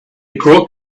girl